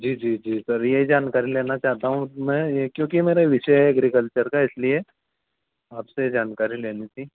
जी जी जी सर यही जानकारी लेना चाहता हूँ मैं ये क्योंकि मेरा विषय है एग्रीकल्चर का इसलिए आपसे जानकारी लेनी थी